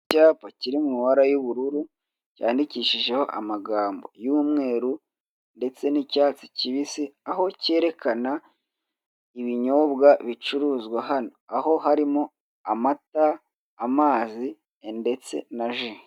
Icyapa kiri mu mabara y'ubururu cyandikishijeho amagambo y'umweru, ndetse n'icyatsi kibisi aho kerekana ibinyobwa bicuruzwa hano. Aho harimo amata, amazi, ndetse na ji.